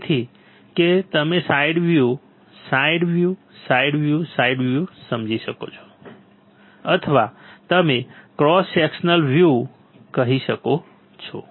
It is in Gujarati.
તેથી કે તમે side view side view side view side view સમજી શકો છો અથવા તમે ક્રોસ સેક્શનલ વ્યૂ કહી શકો છો